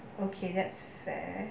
okay that's fair